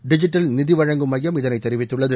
digital நிதி வழங்கும் மையம் இதனை தெரிவித்துள்ளது